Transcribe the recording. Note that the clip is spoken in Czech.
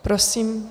Prosím.